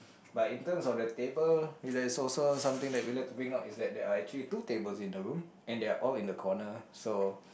but in terms of the table is like so so something that we'd like to bring out is that there are actually two tables in the room and they are all in the corner so